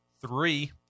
three